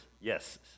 yes